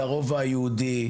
לכותל או לרובע היהודי.